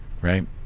right